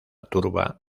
turba